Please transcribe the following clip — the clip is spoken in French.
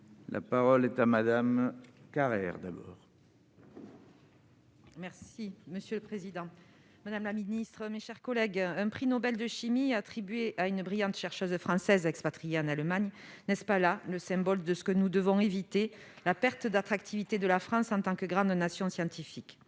La parole est à Mme Maryse Carrère, pour explication de vote. Monsieur le président, madame la ministre, mes chers collègues, un prix Nobel de chimie attribué à une brillante chercheuse française expatriée en Allemagne, n'est-ce pas là le symbole de ce que nous devons éviter : la perte d'attractivité de la France en tant que grande nation scientifique ?